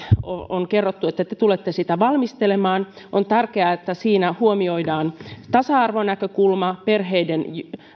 on kerrottu että te ministerit tulette sitä valmistelemaan on tärkeää että siinä huomioidaan tasa arvonäkökulma perheiden